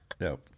no